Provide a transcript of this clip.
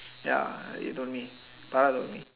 ya you told me Farah told me